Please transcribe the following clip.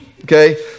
Okay